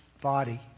body